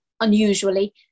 unusually